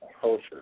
culture